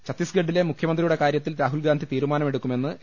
ഛത്തീസ്ഗഡിലെ മുഖ്യമന്ത്രിയുടെ കാര്യത്തിൽ രാഹുൽഗാന്ധി തീരുമാനമെടുക്കുമെന്ന് എ